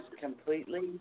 completely